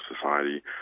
society